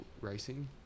racing